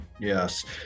Yes